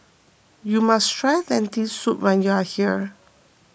you must try Lentil Soup when you are here